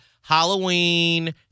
halloween